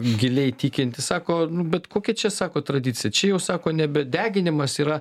giliai tikintys sako bet kokia čia sako tradicija čia jau sako nebe deginimas yra